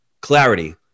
clarity